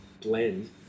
blend